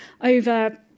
over